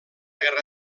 guerra